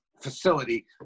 facility